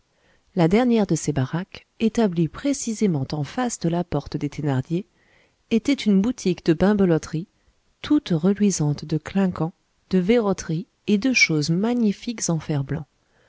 la dernière de ces baraques établie précisément en face de la porte des thénardier était une boutique de bimbeloterie toute reluisante de clinquants de verroteries et de choses magnifiques